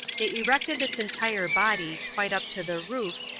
they erected its entire body, quite up to the roof,